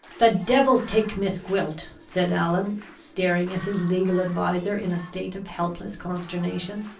the devil take miss gwilt! said allan, staring at his legal adviser in a state of helpless consternation.